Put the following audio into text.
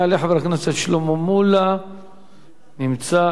יעלה חבר הכנסת שלמה מולה, נמצא.